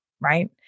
right